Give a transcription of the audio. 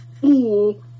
fool